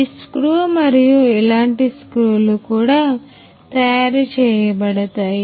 ఈ స్క్రూ మరియు ఇలాంటి స్క్రూలు కూడా తయారు చేయబడతాయి